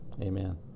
Amen